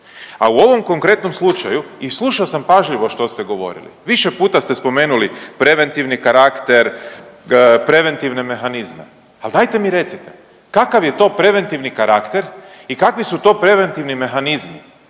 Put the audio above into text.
a u ovom konkretnom slučaju i slušao sam pažljivo što ste govorili, više puta ste spomenuli preventivni karakter, preventivne mehanizme. Ali, dajte mi recite, kakav je to preventivni karakter i kakve su to preventivni mehanizmi